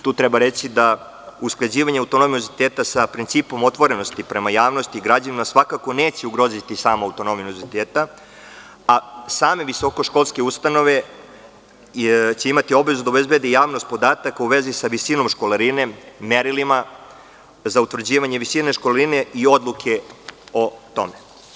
Tu treba reći da usklađivanje autonomije univerziteta sa principom otvorenosti prema javnosti i građanima svakako neće ugroziti samu autonomiju univerziteta, a same visokoškolske ustanove će imati obavezu da obezbede javnost podataka u vezi sa visinom školarine, merilima za utvrđivanje visine školarine i odluke o tome.